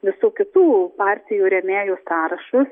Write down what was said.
visų kitų partijų rėmėjų sąrašus